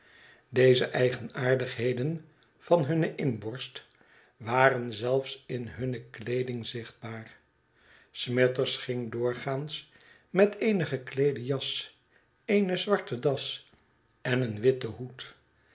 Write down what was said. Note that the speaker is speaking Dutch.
deze eigenaardigheden van hunne inborst waren zelfs in hunne kleeding zichtbaar smithers ging doorgaans met eene gekleede jas eene zwarte das en een witten hoed